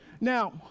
Now